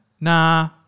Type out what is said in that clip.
Nah